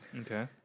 Okay